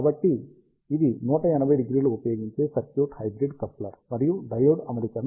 కాబట్టి ఇది 180° ఉపయోగించే సర్క్యూట్ హైబ్రిడ్ కప్లర్ మరియు డయోడ్ అమరికను